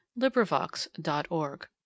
LibriVox.org